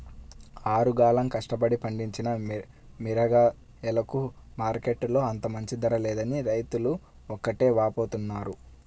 ఆరుగాలం కష్టపడి పండించిన మిరగాయలకు మార్కెట్టులో అంత మంచి ధర లేదని రైతులు ఒకటే వాపోతున్నారు